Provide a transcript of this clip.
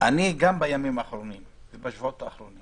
אני גם בימים האחרונים ובשבועות האחרונים